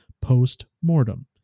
post-mortem